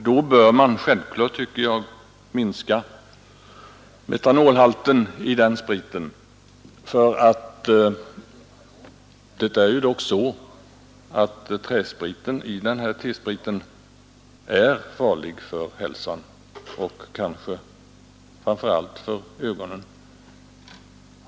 Då bör man naturligtvis minska metanolhalten i den spriten. Träspriten i T-spriten är farlig för hälsan och kanske framför allt för ögonen.